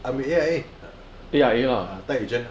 I'm A_I_A tied agent ah